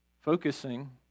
Focusing